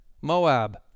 Moab